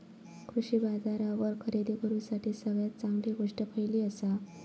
कृषी बाजारावर खरेदी करूसाठी सगळ्यात चांगली गोष्ट खैयली आसा?